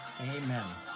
Amen